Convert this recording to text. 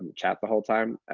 and chat the whole time.